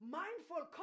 mindful